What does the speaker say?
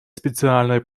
специальное